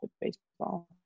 baseball